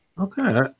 Okay